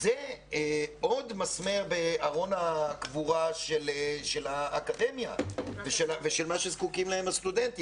הוא עוד מסמר בארון הקבורה של האקדמיה ושל מה שזקוקים להם הסטודנטים.